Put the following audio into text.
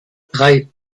drei